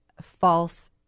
false